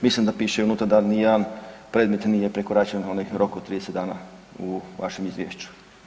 Mislim da piše unutra da ni jedan predmet nije prekoračen onaj rok od 30 dana u vašem izvješću.